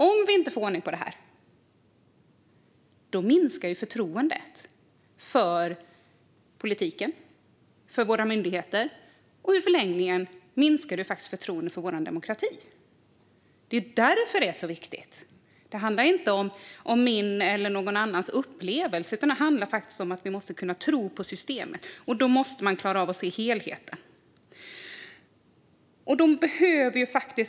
Om vi inte får ordning på det här minskar förtroendet för politiken, för våra myndigheter och i förlängningen för vår demokrati. Det är därför det är så viktigt. Det handlar inte om min eller någon annans upplevelse, utan det handlar om att vi måste kunna tro på systemet. Då måste man klara av att se helheten.